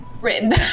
written